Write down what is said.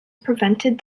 prevented